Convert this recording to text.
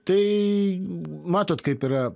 tai matot kaip yra